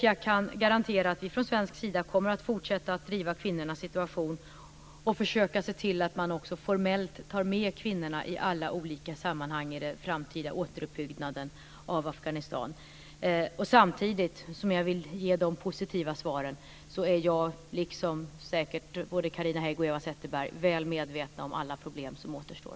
Jag kan garantera att vi från svensk sida kommer att fortsätta att driva kvinnornas situation och försöka se till att man också formellt tar med kvinnorna i alla olika sammanhang i den framtida återuppbyggnaden av Afghanistan. Samtidigt som jag ger de positiva svaren är jag, liksom säkert både Carina Hägg och Eva Zetterberg, väl medveten om alla problem som återstår.